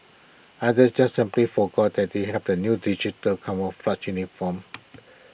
others just simply forgot that they have the new digital camouflage uniforms